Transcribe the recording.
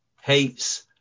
hates